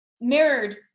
mirrored